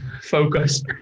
focus